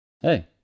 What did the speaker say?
Hey